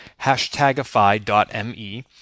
hashtagify.me